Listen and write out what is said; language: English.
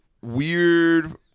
weird